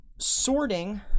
sorting